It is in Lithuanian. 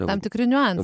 tam tikri niuansai